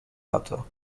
auto